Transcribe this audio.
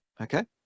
okay